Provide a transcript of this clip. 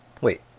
Wait